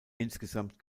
insgesamt